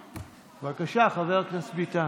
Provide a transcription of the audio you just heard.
בבקשה, חבר הכנסת ביטן.